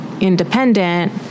independent